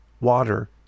Water